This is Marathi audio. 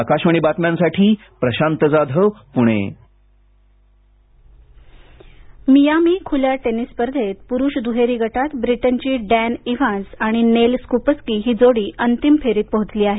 आकाशवाणी बातम्यांसाठी प्रशांत जाधव पुणे मियामी मियामी खुल्या टेनिस स्पर्धेत पुरुष दुहेरी गटात ब्रिटनची डॅन एव्हान्स आणि नेल स्कूपस्की ही जोडी अंतिम फेरीतपोहोचली आहे